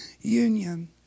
union